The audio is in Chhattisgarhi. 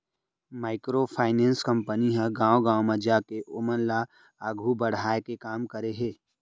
माइक्रो फाइनेंस कंपनी ह गाँव गाँव म जाके ओमन ल आघू बड़हाय के काम करे हे